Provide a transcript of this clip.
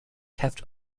kept